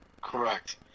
Correct